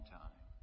time